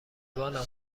بانم